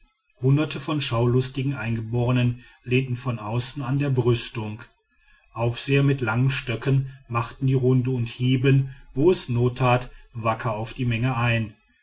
hunderte von schaulustigen eingeborenen lehnten von außen an der brüstung aufseher mit langen stöcken machten die runde und hieben wo es nottat wacker auf die menge ein